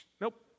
nope